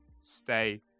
stay